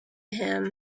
him